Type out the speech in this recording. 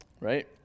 right